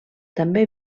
també